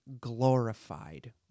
glorified